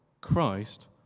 Christ